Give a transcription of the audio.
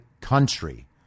country